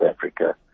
Africa